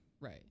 right